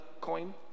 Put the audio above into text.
coin